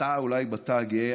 אתה אולי בתא הגאה,